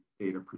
data